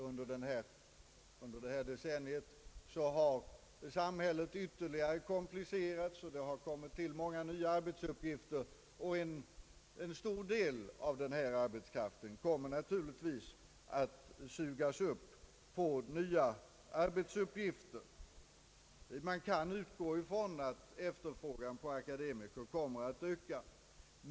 Samhället har under detta decennium ytterligare komplicerats och det har kommit till många nya arbetsuppgifter. En stor del av den här arbetskraften kommer naturligtvis att sugas upp för dessa nya uppgifter. Man kan utgå ifrån att efterfrågan på akademiker kommer att öka.